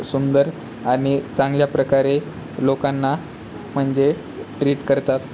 सुंदर आणि चांगल्या प्रकारे लोकांना म्हणजे ट्रीट करतात